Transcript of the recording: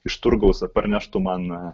iš turgaus parneštų man